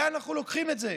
לאן אנחנו לוקחים את זה?